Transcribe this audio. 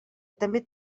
també